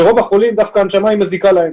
שרוב החולים דווקא ההנשמה היא מזיקה להם,